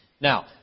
Now